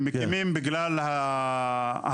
הם מקימים בגלל הרכבת.